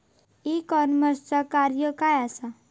E कॉमर्सचा कार्य काय असा?